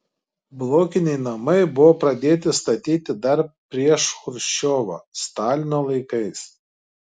blokiniai namai buvo pradėti statyti dar prieš chruščiovą stalino laikais